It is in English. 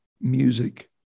music